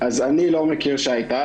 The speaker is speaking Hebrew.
אני לא מכיר שהייתה,